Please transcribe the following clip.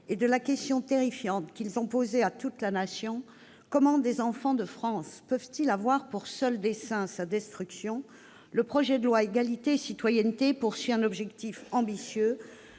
et de la question terrifiante qu'ils ont posée à toute la Nation- comment des enfants de France peuvent-ils avoir pour seul dessein sa destruction ?-, le projet de loi « Égalité et citoyenneté » répond à l'objectif ambitieux